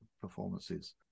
performances